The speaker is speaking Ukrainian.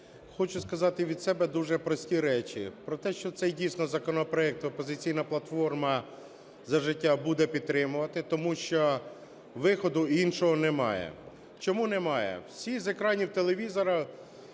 хочу сказати від себе дуже прості речі про те, що цей, дійсно, законопроект "Опозиційна платформа - За життя" буде підтримувати, тому що виходу іншого немає. Чому немає? Всі з екранів телевізора